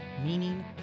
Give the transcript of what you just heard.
meaning